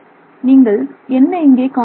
நீங்கள் என்ன இங்கே காண்கிறீர்கள்